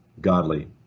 godly